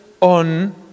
on